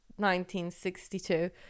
1962